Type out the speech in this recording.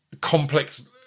complex